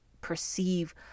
perceive